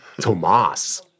Tomas